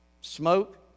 smoke